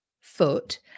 foot